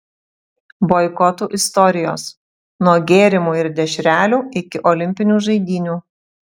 boikotų istorijos nuo gėrimų ir dešrelių iki olimpinių žaidynių